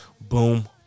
boom